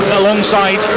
alongside